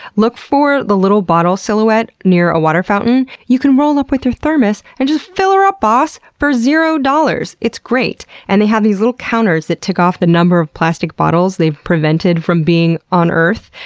look for the little bottle silhouette near a water fountain. you can roll up with your thermos and just fill er up, boss! for zero dollars! it's great. and they have these little counters that tick off the number of plastic bottles they've prevented from being on earth,